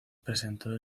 presentó